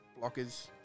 blockers